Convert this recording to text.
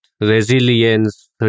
resilience